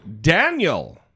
Daniel